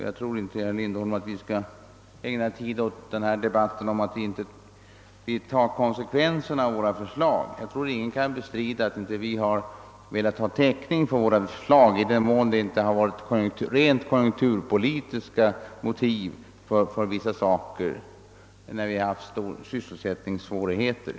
Jag tror inte, herr Lindholm, att vi skall ägna tid åt en debatt om att vi inte skulle ta konsekvenserna av våra förslag. Ingen kan väl bestrida att vi har velat skapa täckning för vad vi föreslagit, i den mån det inte funnits rent konjunkturpolitiska motiv för vissa utgifter.